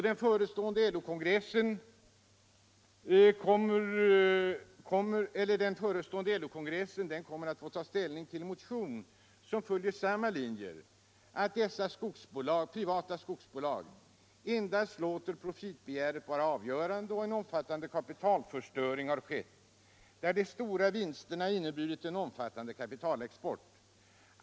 Den förestående LO-kongressen kommer att få ta ställning till en motion som följer samma linjer, nämligen att dessa privata skogsbolag endast låter profitbegäret vara avgörande. En omfattande kapitalförstöring har skett där de stora vinsterna inneburit en omfattande kapitalexport.